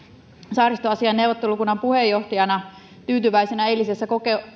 saaristoasiain neuvottelukunnan puheenjohtajana tyytyväisenä eilisessä